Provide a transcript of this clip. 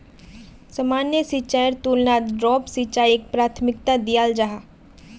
सामान्य सिंचाईर तुलनात ड्रिप सिंचाईक प्राथमिकता दियाल जाहा